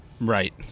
Right